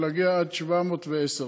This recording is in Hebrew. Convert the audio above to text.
ולהגיע עד 710 בערך.